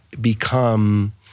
become